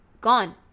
gone